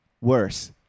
Worse